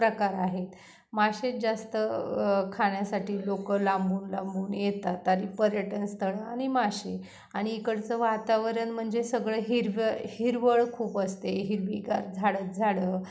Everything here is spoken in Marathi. प्रकार आहेत माशेच जास्त खाण्यासाठी लोक लांबून लांबून येतात आणि पर्यटनस्थळं आणि मासे आणि इकडचं वातावरण म्हणजे सगळं हिरव हिरवळ खूप असते हिरवीगार झाडंच झाडं